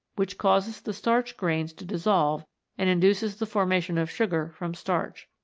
which causes the starch grains to dissolve and induces the formation of sugar from starch.